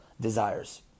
Desires